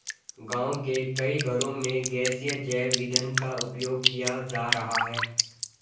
गाँव के कई घरों में गैसीय जैव ईंधन का उपयोग किया जा रहा है